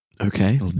okay